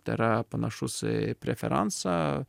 tai yra panašus į preferansą